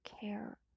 care